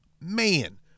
man